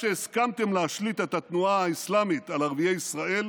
שהסכמתם להשליט את התנועה האסלאמית על ערביי ישראל,